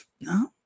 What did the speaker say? no